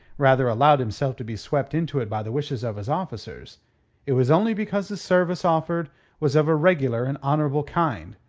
rather, allowed himself to be swept into it by the wishes of his officers it was only because the service offered was of a regular and honourable kind,